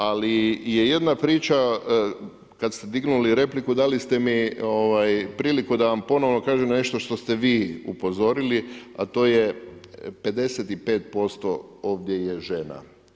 Ali je jedna priča kada ste dignuli repliku, dali ste mi priliku da vam ponovno kažem na nešto što ste vi upozorili a to je 55% ovdje je žena.